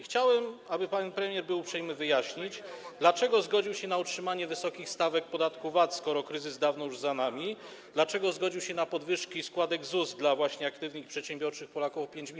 Chciałbym, aby pan premier był uprzejmy wyjaśnić, dlaczego zgodził się na utrzymanie wysokich stawek podatku VAT, skoro kryzys dawno już za nami, dlaczego zgodził się na podwyżki składek ZUS dla aktywnych i przedsiębiorczych Polaków o 5 mld zł.